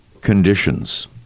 conditions